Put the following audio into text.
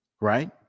right